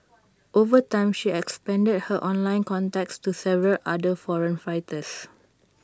over time she expanded her online contacts to several other foreign fighters